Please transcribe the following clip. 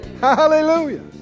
Hallelujah